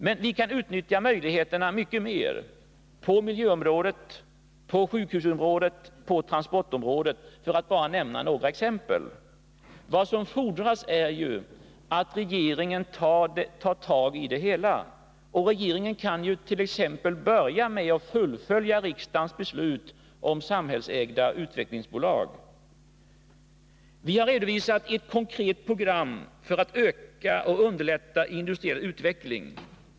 Men vi kan utnyttja möjligheterna mycket mer — på miljöområdet, på sjukvårdsområdet, på transportområdet, för att bara nämna några exempel. Vad som fordras är att regeringen tar tag i det hela. Regeringen kan t.ex. börja med att fullfölja riksdagens beslut om samhällsägda utvecklingsbolag. Vi har redovisat ett konkret program för att öka och underlätta industriell utveckling.